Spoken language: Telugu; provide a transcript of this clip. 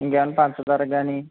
ఇంకేమన్న పంచదార కాని